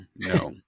no